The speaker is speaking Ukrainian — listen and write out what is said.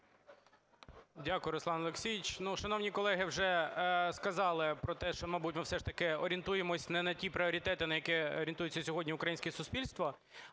Дякую, Руслан Олексійович. Шановні колеги вже сказали про те, що, мабуть, ми все ж таки орієнтуємось не на ті пріоритети, на які орієнтується сьогодні українське суспільство.